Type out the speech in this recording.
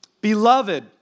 Beloved